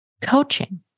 Coaching